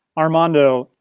armando,